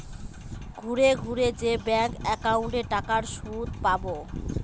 ঘুরে ঘুরে যে ব্যাঙ্ক একাউন্টে টাকার সুদ পাবো